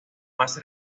más